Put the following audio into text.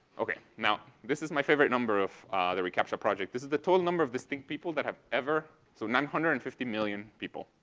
okay. now, this is my favorite number of the recaptcha project. this is the total number of distinct people that have ever so nine hundred and fifty million people.